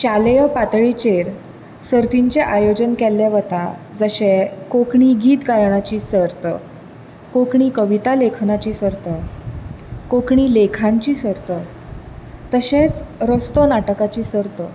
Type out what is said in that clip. शालेय पातळीचेर सर्तींचें आयोजन केल्लें वता जशें कोंकणी गीत गायनाची सर्त कोंकणी कविता लेखनाची सर्त कोंकणी लेखांची सर्त तशेंच रस्तो नाटकाची सर्त